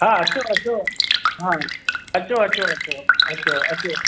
हा अचो अचो हा अचो अचो अचो अचो अचो